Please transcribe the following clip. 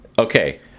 Okay